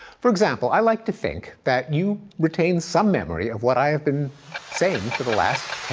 for example, i like to think that you retain some memory of what i have been saying for the last